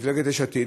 במפלגת יש עתיד,